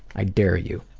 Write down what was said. i dare you.